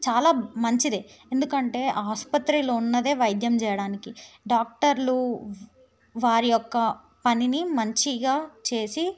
చాలా మంచిదే ఎందుకంటే ఆసుపత్రులు ఉన్నదే వైద్యం చేయడానికి డాక్టర్లు వారి యొక్క పనిని మంచిగా చేసి